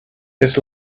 his